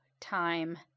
time